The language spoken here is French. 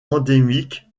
endémique